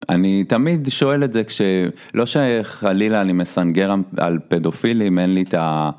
אני תמיד שואל את זה כש... לא שחלילה אני מסנגר על פדופילים אם אין לי את ה.